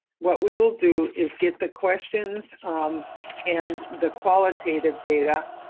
what we will do is get the questions um and the qualitative data,